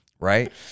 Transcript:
Right